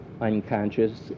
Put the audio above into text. unconscious